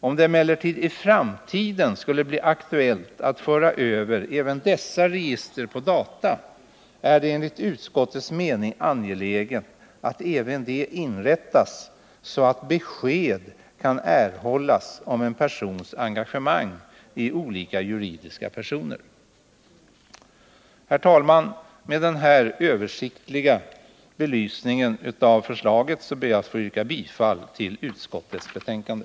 Om det emellertid i framtiden skulle bli aktuellt att föra över även dessa register på data är det enligt utskottets mening angeläget att även de inrättas, så att besked kan erhållas om en persons engagemang i olika juridiska personer. Herr talman! Med den här översiktliga belysningen av förslaget ber jag att få yrka bifall till hemställan i utskottets betänkande.